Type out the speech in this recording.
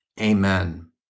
Amen